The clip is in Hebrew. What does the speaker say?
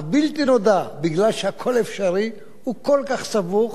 הבלתי-נודע, מפני שהכול אפשרי, הוא כל כך סבוך